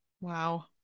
Wow